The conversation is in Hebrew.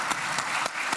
(מחיאות כפיים)